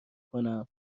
کنم